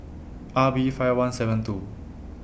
R B five one seven two